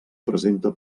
presenta